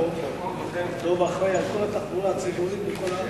התחבורה (מס' 95) (נתיב לתחבורה ציבורית),